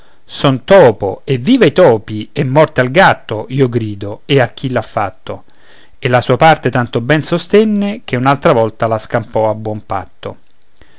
son topo evviva i topi e morte al gatto io grido e a chi l'ha fatto e la sua parte tanto ben sostenne che un'altra volta la scampò a buon patto